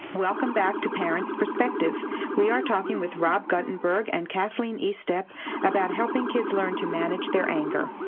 welcome back to parent's perspective we are talking with robin but and byrd and kathleen he stepped about helping kids learn to manage t and